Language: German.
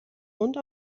und